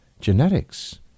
genetics